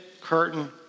curtain